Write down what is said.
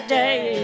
day